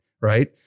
Right